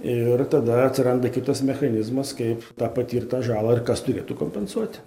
ir tada atsiranda kitas mechanizmas kaip tą patirtą žalą ir kas turėtų kompensuot